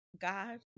God